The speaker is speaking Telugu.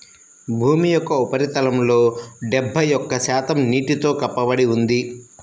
భూమి యొక్క ఉపరితలంలో డెబ్బై ఒక్క శాతం నీటితో కప్పబడి ఉంది